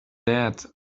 that